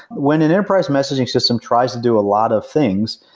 when an enterprise messaging system tries to do a lot of things,